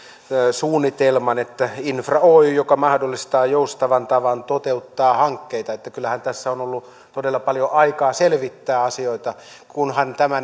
suunnitelman että infra oy mahdollistaa joustavan tavan toteuttaa hankkeita että kyllähän tässä on ollut todella paljon aikaa selvittää asioita kunhan tämä